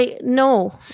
No